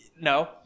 no